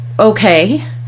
Okay